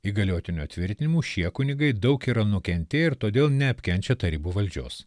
įgaliotinio tvirtinimu šie kunigai daug yra nukentėję ir todėl neapkenčia tarybų valdžios